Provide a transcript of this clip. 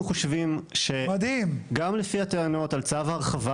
אנחנו חושבים שגם לפי הטענות על צו ההרחבה